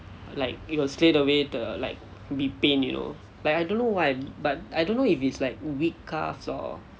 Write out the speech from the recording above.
like it will straight away err like be pain you know like I don't know why but I don't know if it's like weak calves or